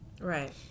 Right